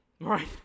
Right